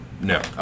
no